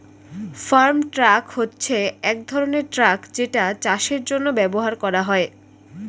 farm truck হচ্ছে এক ধরনের ট্রাক যেটা চাষের জন্য ব্যবহার করা হয়